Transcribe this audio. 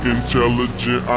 Intelligent